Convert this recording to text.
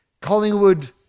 collingwood